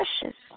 Precious